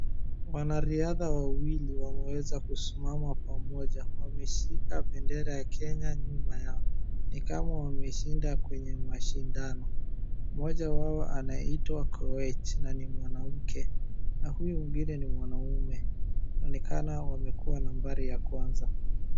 Wanariadha wawili wameweza kusimama pamoja. Wameshika bendera ya Kenya nyuma yao. Ni kama wameshinda kwenye mashindano. Mmoja wao anaitwa Koech, na ni mwanamke, na huyu mwingine ni mwanaume. Inaonekana wamekuwa nambari ya kwanza.